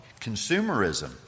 consumerism